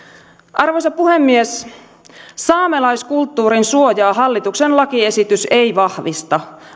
arvoisa puhemies saamelaiskulttuurin suojaa hallituksen lakiesitys ei vahvista